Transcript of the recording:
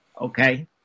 Okay